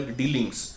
dealings